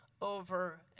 over